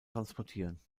transportieren